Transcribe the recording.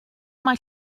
mae